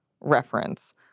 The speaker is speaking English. reference